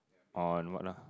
on what lah